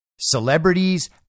celebrities